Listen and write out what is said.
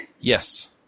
Yes